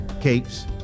capes